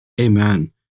Amen